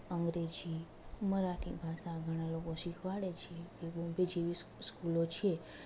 અંગ્રેજી મરાઠી ભાષા ઘણાં લોકો શીખવાડે છે સ્કૂલો છે